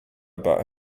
about